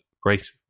great